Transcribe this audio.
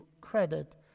credit